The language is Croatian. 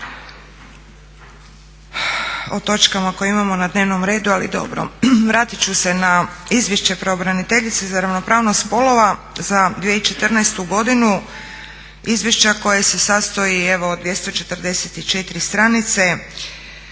o točkama koje imamo na dnevnom redu, ali dobro. Vratit ću se na Izvješće pravobraniteljice za ravnopravnost spolova za 2014. godinu. Izvješće koje se sastoji evo od 244 stranice